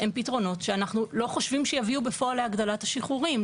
הם פתרונות שאנחנו לא חושבים שיביאו בפועל להגדלת השחרורים.